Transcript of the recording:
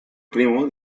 primo